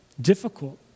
difficult